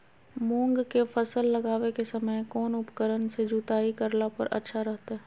मूंग के फसल लगावे के समय कौन उपकरण से जुताई करला पर अच्छा रहतय?